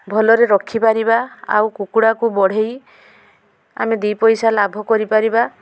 ଭଲରେ ରଖିପାରିବା ଆଉ କୁକୁଡ଼ାକୁ ବଢ଼େଇ ଆମେ ଦୁଇ ପଇସା ଲାଭ କରିପାରିବା